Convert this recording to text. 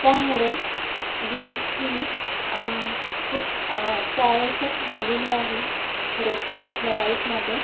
त्यामुळे वीज ही खूप अत्यावश्यक झालेली आहे रोजच्या आपल्या लाइफमध्ये